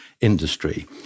industry